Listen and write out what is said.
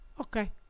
Okay